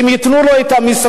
אם ייתנו לו את המשרד,